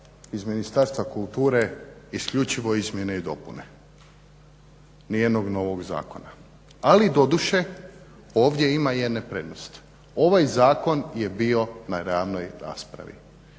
iz Ministarstva kulture isključivo izmjene i dopune nijednog novog zakona. Ali doduše ovdje ima jedna prednost. Ovaj zakon je bio na glavnoj raspravi,